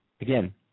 Again